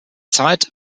zeit